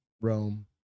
rome